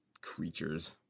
creatures